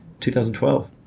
2012